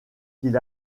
qu’il